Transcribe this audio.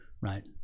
right